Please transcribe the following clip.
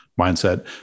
mindset